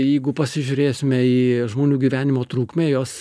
jeigu pasižiūrėsime į žmonių gyvenimo trukmę jos